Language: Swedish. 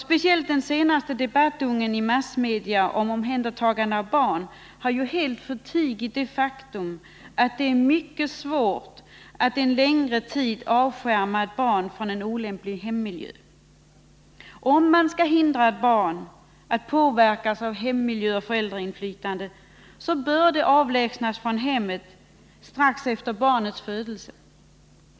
Speciellt den senaste debattungen i massmedia om omhändertagande av barn har ju helt förtigit det faktum att det är mycket svårt att en längre tid avskärma ett barn från en olämplig hemmiljö. Om man skall hindra att ett barn påverkas av hemmiljö och föräldrainflytande, bör barnet avlägsnas från hemmet strax efter födelsen.